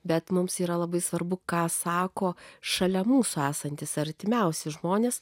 bet mums yra labai svarbu ką sako šalia mūsų esantys artimiausi žmonės